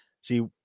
see